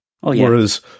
Whereas